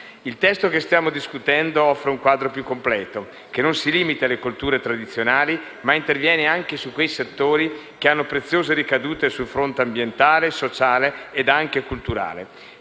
Il testo che stiamo discutendo offre un quadro più completo che non si limita alle colture tradizionali, ma interviene anche sui settori che hanno preziose ricadute sul fronte ambientale, sociale e culturale.